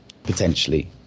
Potentially